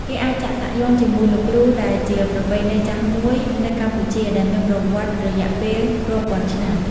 គេអាចចាក់សាក់យ័ន្តជាមួយលោកគ្រូដែលជាប្រពៃណីចាស់មួយនៅកម្ពុជា ដែលមានប្រវត្តិរយៈពេលរាប់ពាន់ឆ្នាំ។